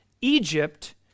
Egypt